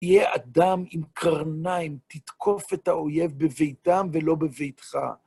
תהיה אדם עם קרניים, תתקוף את האויב בביתם ולא בביתך.